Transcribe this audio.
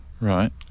Right